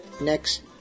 next